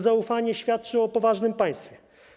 Zaufanie świadczy o poważnym państwie.